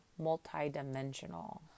multidimensional